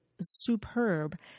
superb